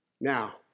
Now